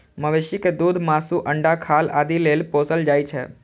मवेशी कें दूध, मासु, अंडा, खाल आदि लेल पोसल जाइ छै